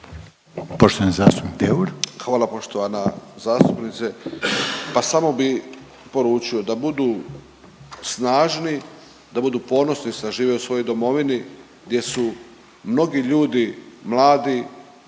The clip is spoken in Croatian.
Poštovani zastupnik Deur.